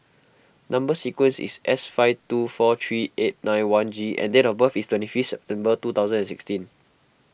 Number Sequence is S five two four three eight nine one G and date of birth is twenty fifth September two thousand and sixteen